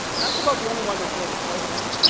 that's about the only one that shows the close-up,